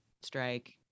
strike